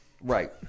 Right